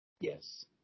Yes